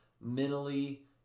mentally